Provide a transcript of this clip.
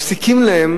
מפסיקים להם